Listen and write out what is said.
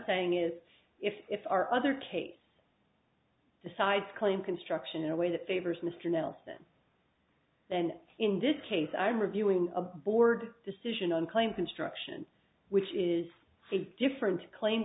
saying is if if our other case decides claim construction in a way that favors mr nelson then in this case i'm reviewing a board decision on claim construction which is a different claim